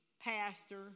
pastor